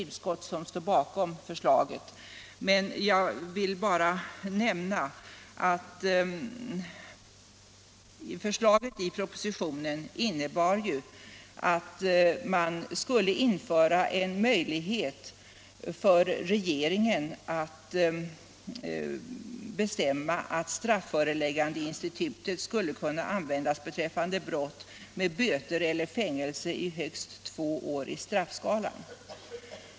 Utskottet är enigt på den punkten, och jag vill bara nämna att förslaget i propositionen innebar att man skulle införa en möjlighet för regeringen att bestämma att strafföreläggandeinstitutet skulle kunna användas beträffande brott med böter eller fängelse i högst två år i straffskalan.